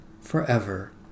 forever